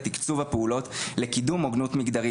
תיקצוב הפעולות לקידום הוגנות מגדרית,